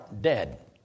dead